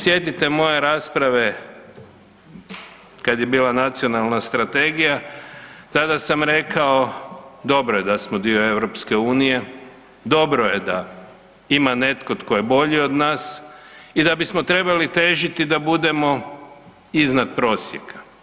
Ako se sjetite moje rasprave kada je bila nacionalna strategija, tada sam rekao dobro je da smo dio Europske unije, dobro je da ima netko tko je bolji od nas i da bismo trebali težiti da budemo iznad prosjeka.